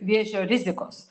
vėžio rizikos